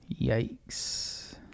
yikes